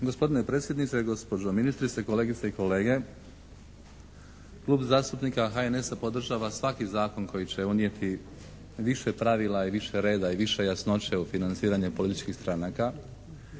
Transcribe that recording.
Gospodine predsjedniče, gospođo ministrice, kolegice i kolege. Klub zastupnika HNS-a podržava svaki zakon koji će unijeti više pravila i više reda i više jasnoće u financiranje političkih stranaka.